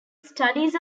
studies